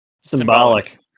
Symbolic